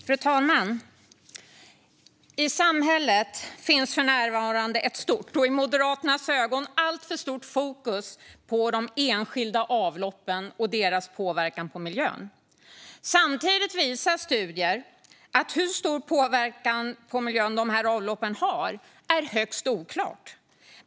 Fru talman! I samhället finns för närvarande ett stort, i Moderaternas ögon alltför stort, fokus på de enskilda avloppen och deras påverkan på miljön. Samtidigt visar studier att det är högst oklart hur stor påverkan på miljön dessa avlopp har.